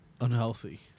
unhealthy